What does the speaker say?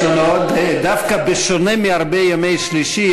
דווקא בשונה מהרבה ימי שלישי,